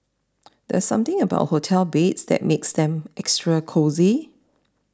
there's something about hotel beds that makes them extra cosy